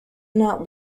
not